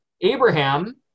Abraham